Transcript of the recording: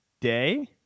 day